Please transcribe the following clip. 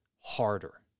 harder